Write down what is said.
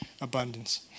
abundance